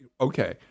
okay